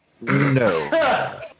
No